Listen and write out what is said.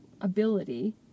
ability